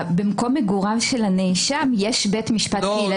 שבמקום מגוריו של הנאשם יש בית משפט קהילתי.